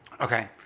Okay